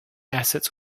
assets